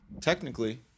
technically